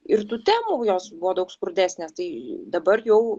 ir tų temų jos buvo daug skurdesnės tai dabar jau